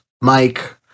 Mike